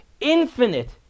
infinite